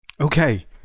Okay